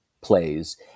plays